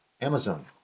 Amazon